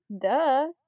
Duh